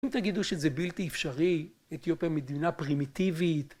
אם תגידו שזה בלתי אפשרי, אתיופיה מדינה פרימיטיבית